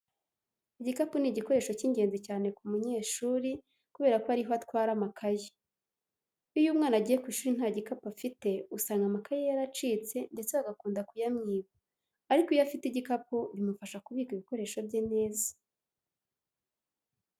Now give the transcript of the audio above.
Igikapu ni igikoresho cy'ingenzi cyane ku munyeshuri kubera ko ari ho atwara amakayi. Iyo umwana agiye ku ishuri nta gikapu afite, usanga amakayi ye yaracitse ndetse bagakunda kuyamwiba ariko iyo afite igikapu bimufasha kubika ibikoreshoo bye neza.